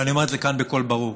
ואני אומר את זה כאן בקול ברור: